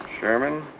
Sherman